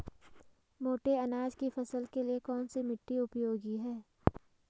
मोटे अनाज की फसल के लिए कौन सी मिट्टी उपयोगी है?